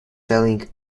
selling